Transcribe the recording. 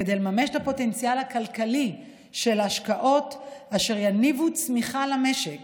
כדי לממש את הפוטנציאל הכלכלי של השקעות אשר יניבו צמיחה למשק